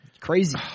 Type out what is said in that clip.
Crazy